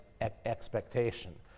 expectation